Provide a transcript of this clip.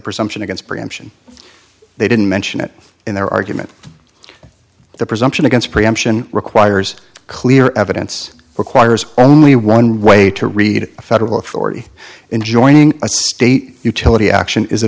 presumption against preemption they didn't mention it in their argument the presumption against preemption requires clear evidence requires only one way to read a federal authority in joining a state utility action is a